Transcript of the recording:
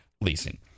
leasing